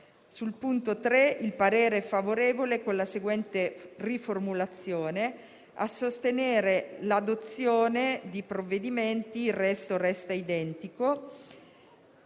n. 3 il parere è favorevole con la seguente riformulazione: «a sostenere l'adozione di provvedimenti» (il resto rimane identico).